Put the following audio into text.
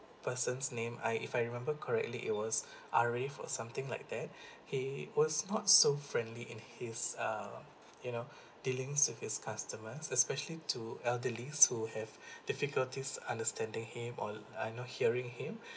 person's name I if I remember correctly it was arif or something like that he was not so friendly in his uh you know dealings with his customers especially to elderly who have difficulties understanding him all are not hearing him